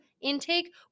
intake